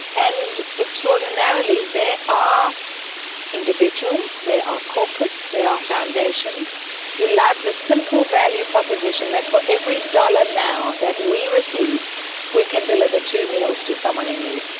and extraordinarily there are individuals, there are corporates, there are foundations who love the simple value proposition that for every dollar now that we receive we can deliver two meals to someone in need.